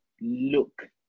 look